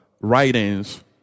writings